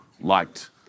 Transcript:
liked